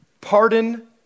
Pardon